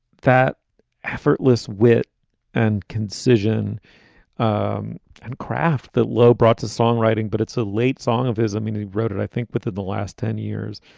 that effortless wit and concision um and craft that low brought to songwriting, but it's a late song of his. i mean, he wrote it, i think, within the last ten years.